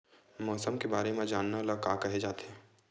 मौसम के बारे म जानना ल का कहे जाथे?